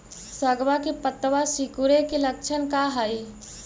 सगवा के पत्तवा सिकुड़े के लक्षण का हाई?